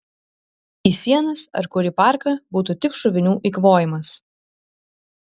į sienas ar kur į parką būtų tik šovinių eikvojimas